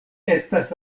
estas